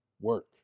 work